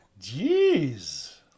jeez